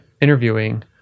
interviewing